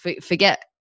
forget